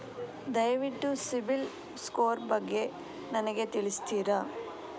ದಯವಿಟ್ಟು ಸಿಬಿಲ್ ಸ್ಕೋರ್ ಬಗ್ಗೆ ನನಗೆ ತಿಳಿಸ್ತಿರಾ?